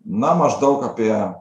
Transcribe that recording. na maždaug apie